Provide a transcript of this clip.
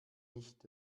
nicht